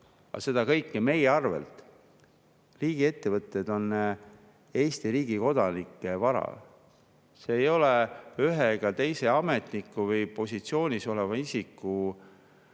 Aga seda kõike meie arvel. Riigiettevõtted on Eesti riigi kodanike vara. See ei ole ühe ega teise ametniku või [kõrgel] positsioonil oleva isiku oma.